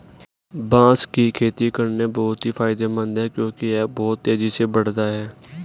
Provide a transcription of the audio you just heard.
बांस की खेती करना बहुत ही फायदेमंद है क्योंकि यह बहुत तेजी से बढ़ता है